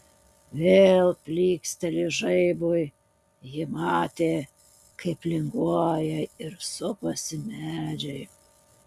vėl plykstelėjus žaibui ji matė kaip linguoja ir supasi medžiai